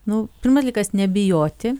nu pirmas dalykas nebijoti